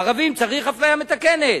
ערבים, צריך אפליה מתקנת?